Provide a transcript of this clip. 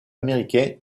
américain